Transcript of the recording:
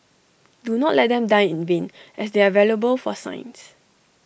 do not let them die in vain as they are valuable for science